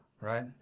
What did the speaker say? Right